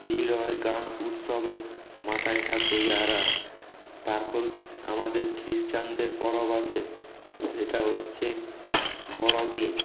ভিড় হয় গান উৎসবে মাতায়ে থাকে ইহারা তারপর আমাদের খ্রিশ্চানদের পরব আসে সেটা হচ্ছে বড়দিন